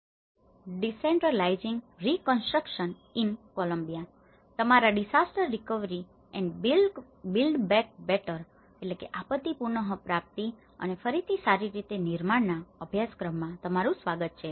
તમારા disaster recovery and build back better disaster recovery and build back better આપત્તી પુનપ્રાપ્તિ અને ફરીથી સારી રીતે નિર્માણ ના આ અભ્યાસક્રમમાં તમારું સ્વાગત છે